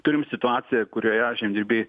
turim situaciją kurioje žemdirbiai